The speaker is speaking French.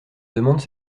demandent